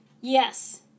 Yes